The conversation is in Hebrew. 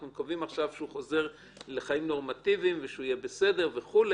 אנחנו מקווים עכשיו שהוא חוזר לחיים נורמטיביים ושהוא יהיה בסדר וכו'.